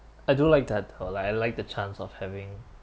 I do like that well I I like the chance of having